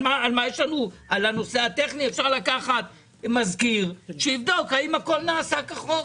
לשם הנושא הטכני אפשר לקחת מזכיר שיבדוק האם הכול נעשה כחוק.